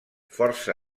força